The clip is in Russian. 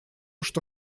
что